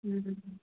ꯎꯝ